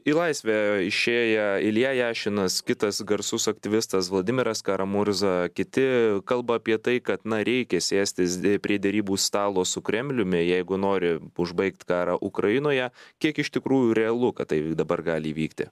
į laisvę išėję ilja jašinas kitas garsus aktyvistas vladimiras karamurza kiti kalba apie tai kad na reikia sėstis prie derybų stalo su kremliumi jeigu nori užbaigt karą ukrainoje kiek iš tikrųjų realu kad tai dabar gali įvykti